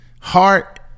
heart